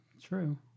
True